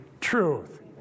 truth